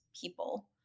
people